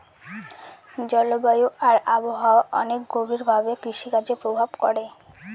জলবায়ু আর আবহাওয়া অনেক গভীর ভাবে কৃষিকাজে প্রভাব করে